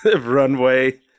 runway